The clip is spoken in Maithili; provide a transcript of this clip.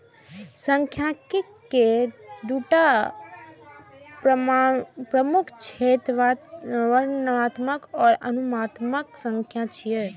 सांख्यिकी के दूटा प्रमुख क्षेत्र वर्णनात्मक आ अनुमानात्मक सांख्यिकी छियै